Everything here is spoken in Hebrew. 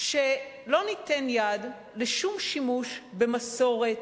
שלא ניתן יד לשום שימוש במסורת,